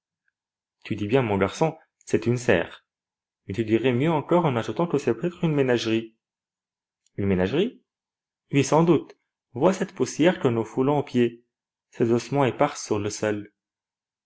tu dis bien mon garçon c'est une serre mais tu dirais mieux encore en ajoutant que c'est peut-être une ménagerie une ménagerie oui sans doute vois cette poussière que nous foulons aux pieds ces ossements épars sur le sol